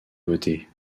voter